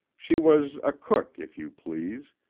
she was a cook, if you please,